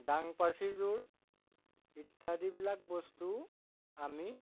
দাঙ পাচিযোৰ ইত্যাদিবিলাক বস্তু আমি